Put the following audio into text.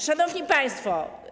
Szanowni Państwo!